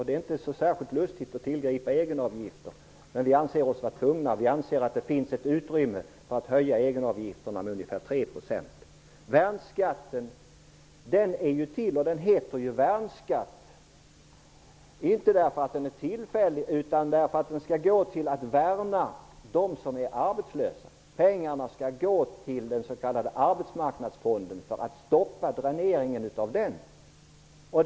Det är inte särskilt lustigt att tillgripa egenavgifter, men vi anser oss tvungna till det. Vi anser nämligen att det finns ett utrymme för en höjning av egenavgifterna med ungefär 3 %. Värnskatten har fått sitt namn inte därför att den är tillfällig utan därför att pengarna skall användas till att värna dem som är arbetslösa. Pengarna skall nämligen gå till Arbetsmarknadsfonden för att stoppa dräneringen av densamma.